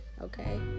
okay